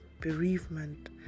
bereavement